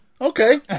Okay